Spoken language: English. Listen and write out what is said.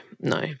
no